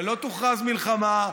ולא תוכרז מלחמה,